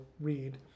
read